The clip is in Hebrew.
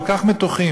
כל כך מתוחים,